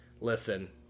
listen